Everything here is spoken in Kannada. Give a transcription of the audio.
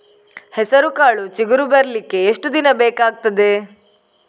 ಹೆಸರುಕಾಳು ಚಿಗುರು ಬರ್ಲಿಕ್ಕೆ ಎಷ್ಟು ದಿನ ಬೇಕಗ್ತಾದೆ?